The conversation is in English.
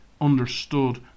understood